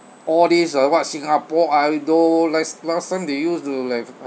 all these ah what singapore idol last last time they used to like